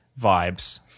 Vibes